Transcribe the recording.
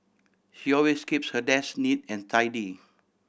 she always keeps her desk neat and tidy